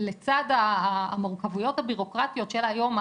לצד המורכבויות הבירוקרטיות של היום,